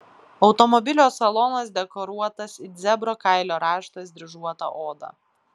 automobilio salonas dekoruotas it zebro kailio raštas dryžuota oda